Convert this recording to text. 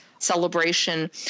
celebration